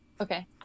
Okay